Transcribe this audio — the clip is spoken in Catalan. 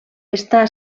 està